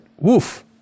woof